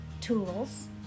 tools